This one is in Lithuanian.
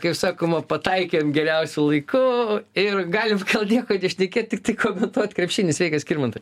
kaip sakoma pataikėm geriausiu laiku ir galim nieko nešnekėt tiktai komentuot krepšinį sveikas skirmantai